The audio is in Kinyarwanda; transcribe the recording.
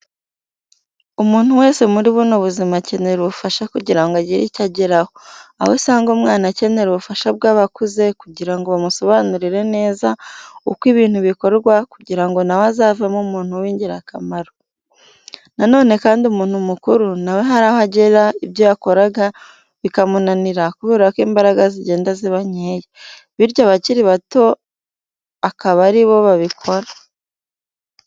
Umuntu wese muri buno buzima akenera ubufasha kugira ngo agire icyo ageraho, aho usanga umwana akenera ubufasha bw'abakuze kugira ngo bamusobanurire neza uko ibintu bikorwa kugira ngo na we azavemo umuntu w'ingirakamaro. Na none kandi umuntu mukuru na we hari aho agera ibyo yakoraga bikamunanira kubera ko imbaraga zigenda ziba nkeya, bityo abakiri bato akaba ari bo babikora.